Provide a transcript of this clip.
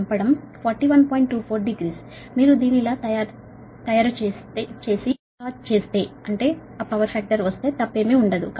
24 degree మీరు దీన్ని ఇలా చేసి డ్రా చేస్తే తప్పేమీ ఉండదు